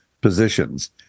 positions